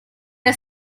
era